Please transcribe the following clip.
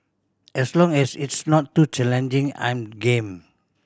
as long as it's not too challenging I'm game